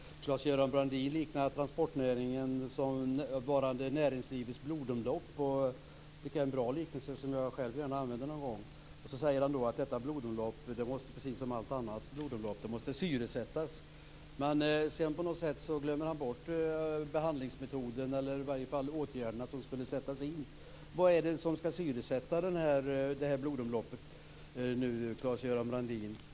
Fru talman! Claes-Göran Brandin liknar transporterna vid ett näringslivets blodomlopp. Det tycker jag är en bra liknelse som jag själv gärna använder någon gång. Så säger han att detta blodomlopp precis som alla andra blodomlopp måste syresättas. Men sedan glömmer han på något sätt bort behandlingsmetoden, eller i varje fall åtgärderna som skulle sättas in. Vad är det som skall syresätta det här blodomloppet nu, Claes-Göran Brandin?